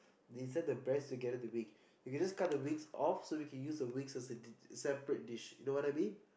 you insert the breast together with the wings you can just cut the wing off so we use the wings as a separate dish you know what I mean